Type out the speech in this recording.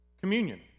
communion